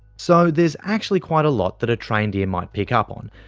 so there is actually quite a lot that a trained ear might pick up on.